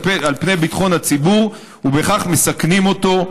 פני ביטחון הציבור ובכך מסכנים אותו.